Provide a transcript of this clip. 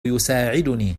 يساعدني